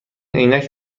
عینک